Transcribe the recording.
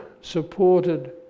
supported